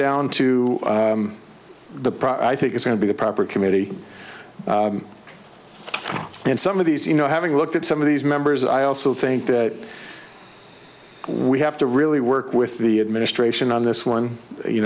down to the proper i think it's going to be a proper committee and some of these you know having looked at some of these members i also think that we have to really work with the administration on this one you